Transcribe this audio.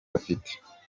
afite